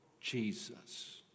Jesus